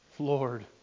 Lord